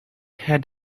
had